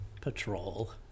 patrol